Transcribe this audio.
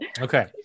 Okay